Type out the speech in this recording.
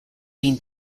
been